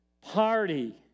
party